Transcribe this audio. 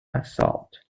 assault